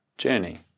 journey